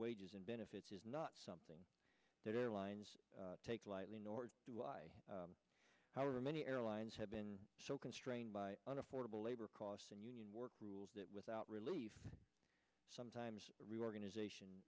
wages and benefits is not something that airlines take lightly nor do i however many airlines have been so constrained by unavoidable labor costs and union work rules that without relief sometimes reorganization